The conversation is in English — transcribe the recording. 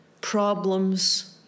problems